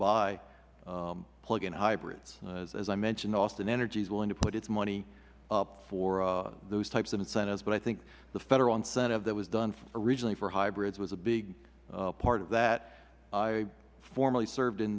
buy plug in hybrids as i mentioned austin energy is willing to put its money up for those types of incentives but i think the federal incentive that was done originally for hybrids was a big part of that i formerly served in